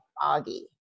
foggy